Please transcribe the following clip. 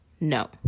no